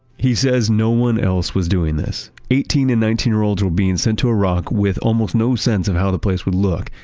he says no one else was doing this. eighteen and nineteen year olds were being sent to iraq with almost no sense of how the place would look,